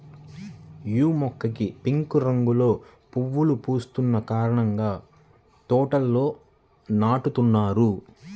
యీ మొక్కకి పింక్ రంగులో పువ్వులు పూస్తున్న కారణంగా తోటల్లో నాటుతున్నారు